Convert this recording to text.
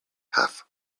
half